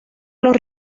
los